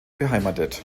beheimatet